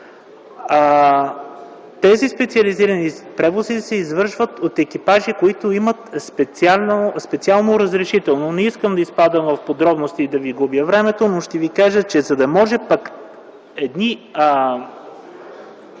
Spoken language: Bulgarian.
Тези специализирани превози се извършват от екипажи, които имат специално разрешително. Не искам да изпадам в подробности и да ви губя времето, но ще ви кажа, че за да може едни